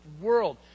world